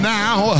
now